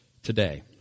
today